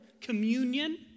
communion